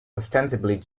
ostensibly